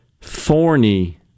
thorny